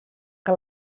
que